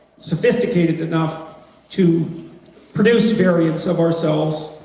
sophisticated enough to produce variants of ourselves,